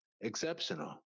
exceptional